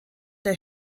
der